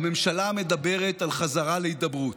הממשלה מדברת על חזרה להידברות.